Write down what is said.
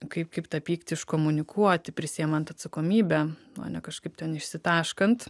kaip kaip tą pyktį iškomunikuoti prisiimant atsakomybę o ne kažkaip ten išsitaškant